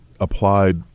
applied